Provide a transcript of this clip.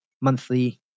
monthly